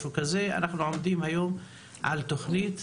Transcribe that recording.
אנחנו עומדים היום על תוכנית